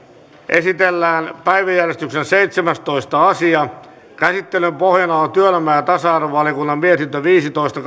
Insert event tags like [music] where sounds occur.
esitellään päiväjärjestyksen seitsemästoista asia käsittelyn pohjana on työelämä ja ja tasa arvovaliokunnan mietintö viisitoista [unintelligible]